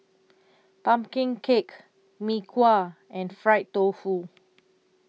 Pumpkin Cake Mee Kuah and Fried Tofu